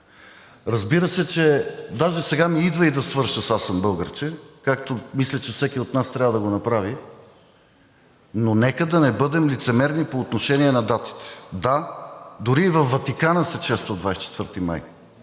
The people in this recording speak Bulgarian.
разбира се, че… Даже сега ми идва и да свърша с „Аз съм българче“, както, мисля, че всеки от нас трябва го направи, но нека да не бъдем лицемерни по отношение на датите. Да, дори и във Ватикана се чества 24 май.